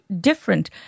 different